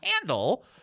handle